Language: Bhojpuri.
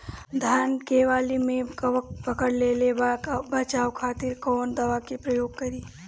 धान के वाली में कवक पकड़ लेले बा बचाव खातिर कोवन दावा के प्रयोग करी?